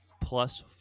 plus